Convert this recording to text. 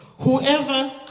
Whoever